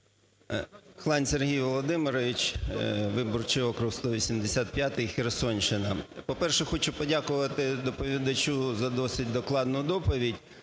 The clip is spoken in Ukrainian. Хлань Сергій Володимирович, виборчий округ 185, Херсонщина. По-перше, хочу подякувати доповідачу за досить докладну доповідь